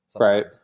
Right